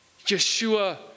Yeshua